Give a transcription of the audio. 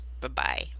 bye-bye